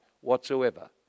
whatsoever